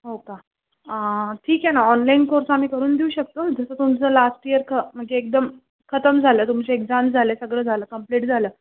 हो का ठीक आहे ना ऑनलाईन कोर्स आम्ही करून देऊ शकतो जसं तुमचं लास्ट इअर क म्हणजे एकदम खतम झालं तुमची एक्झाम झाले सगळं झालं कंप्लीट झालं